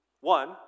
One